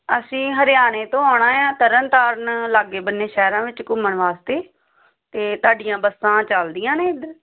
ਅਸੀਂ ਹਰਿਆਣੇ ਤੋਂ ਆਉਣਾ ਆ ਤਰਨ ਤਾਰਨ ਲਾਗੇ ਬੰਨੇ ਸ਼ਹਿਰਾਂ ਵਿੱਚ ਘੁੰਮਣ ਵਾਸਤੇ ਅਤੇ ਤੁਹਾਡੀਆਂ ਬੱਸਾਂ ਚੱਲਦੀਆਂ ਨੇ ਇੱਧਰ